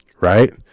right